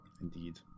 Indeed